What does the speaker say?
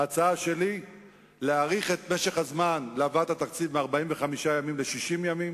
ההצעה שלי היא להאריך את משך הזמן להבאת התקציב מ-45 ימים ל-60 ימים,